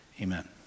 Amen